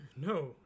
No